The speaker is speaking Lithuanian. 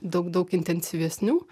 daug daug intensyvesnių